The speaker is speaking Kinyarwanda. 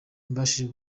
mbashije